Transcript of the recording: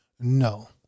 no